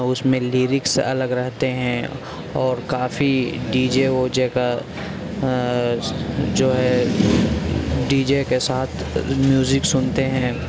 اس میں لرکس الگ رہتے ہیں اور کافی ڈی جے او جے کا جو ہے ڈی جے کے ساتھ میوزک سنتے ہیں